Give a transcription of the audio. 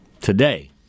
today